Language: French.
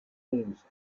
onze